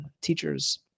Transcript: teachers